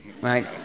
right